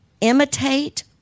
Imitate